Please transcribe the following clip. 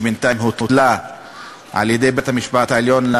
שבינתיים הותלה על-ידי בית-המשפט העליון,